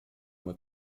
uma